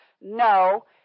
No